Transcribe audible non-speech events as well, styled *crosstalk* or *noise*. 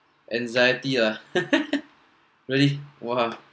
anxiety lah *laughs* really !wah!